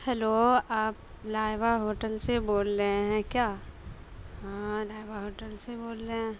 hello آپ Laiba hotel سے بول رہے ہیں کیا ہاں لائبہ ہوٹل سے بول رہے ہیں